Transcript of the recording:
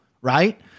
Right